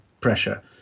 pressure